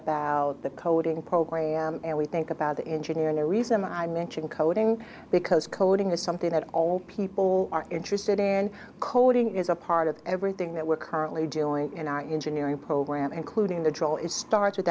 about the coding program and we think about the engineering the reason i mention coding because coding is something that all people are interested in coding is a part of everything that we're currently doing and i engineering program including the